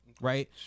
right